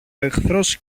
εχθρός